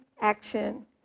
action